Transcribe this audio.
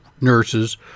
nurses